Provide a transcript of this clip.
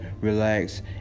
relax